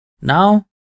Now